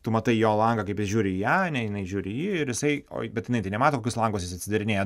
tu matai jo langą kaip jis žiūri į ją ane jinai žiūri į jį ir jisai oi bet jinai tenemato kokius langus jis atsidarinėja